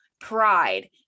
pride